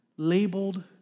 Labeled